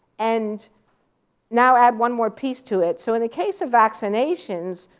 and now add one more piece to it. so in the case of vaccinations,